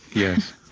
yes.